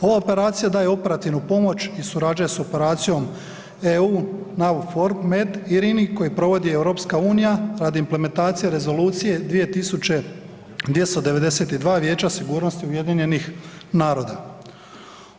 Ova operacija daje operativnu pomoć i surađuje sa operacijom „EUNAVFOR MED IRINI“ koji provodi EU radi implementacije rezolucije 2292 Vijeća sigurnosti UN-a.